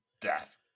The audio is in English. death